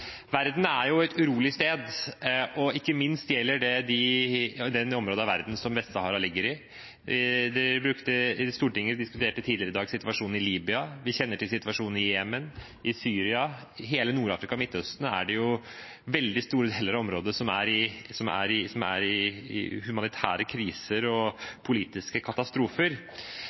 Verden er et urolig sted, og ikke minst gjelder det det området av verden som Vest-Sahara ligger i. Stortinget diskuterte tidligere i dag situasjonen i Libya. Vi kjenner til situasjonen i Jemen, i Syria. I hele Nord-Afrika og Midtøsten er det veldig store områder som har humanitære kriser og politiske katastrofer.